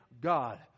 God